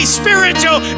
spiritual